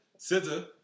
Scissor